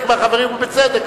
ובצדק.